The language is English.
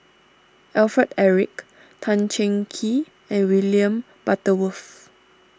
Alfred Eric Tan Cheng Kee and William Butterworth